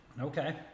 Okay